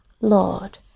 Lord